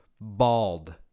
bald